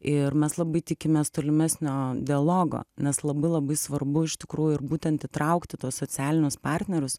ir mes labai tikimės tolimesnio dialogo nes labai labai svarbu iš tikrųjų ir būtent įtraukti tuos socialinius partnerius